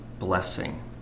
blessing